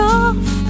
off